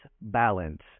balance